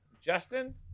Justin